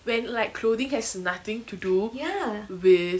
when like clothing has nothing to do with